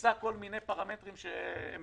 מכניסה כל מיני פרמטרים שהם